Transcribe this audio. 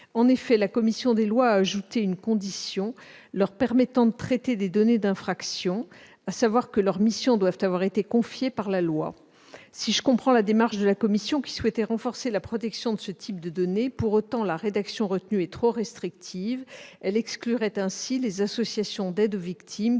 En effet, la commission des lois a ajouté une condition leur permettant de traiter des données d'infraction, à savoir que leurs missions doivent avoir été confiées par la loi. Si je comprends la démarche de la commission, qui souhaite renforcer la protection de ce type de données, pour autant, la rédaction retenue est trop restrictive. Elle exclurait ainsi les associations d'aide aux victimes,